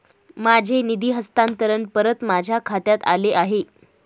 माझे निधी हस्तांतरण परत माझ्या खात्यात आले आहे